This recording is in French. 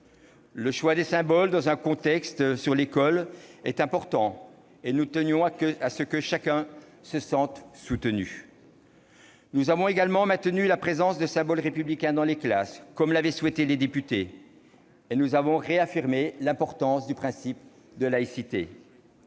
Le choix des symboles, dans un texte sur l'école, est important et nous tenions à ce que chacun se sente soutenu. Nous avons également maintenu la présence de symboles républicains dans les classes, comme l'avaient souhaité les députés, et nous avons réaffirmé l'importance du principe de laïcité.